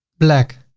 black